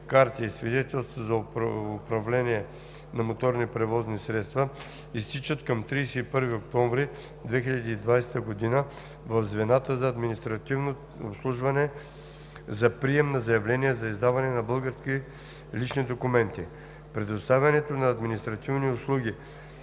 карти и свидетелства за управление на моторно превозно средство изтичат към 31 октомври 2020 г., в звената за административно обслужване за прием на заявления за издаване на български лични документи. Предоставянето на административни услуги